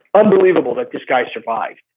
unbelievable that this guy survived.